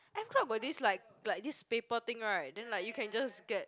F-club got this like like this paper thing right then like you can just get